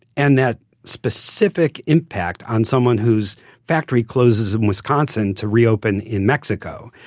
and that specific impact on someone whose factory closes in wisconsin to reopen in mexico.